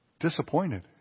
disappointed